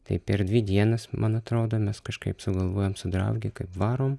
tai per dvi dienas man atrodo mes kažkaip sugalvojom su drauge kaip varom